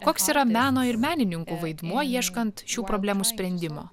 koks yra meno ir menininkų vaidmuo ieškant šių problemų sprendimo